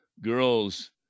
girls